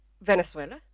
Venezuela